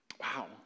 Wow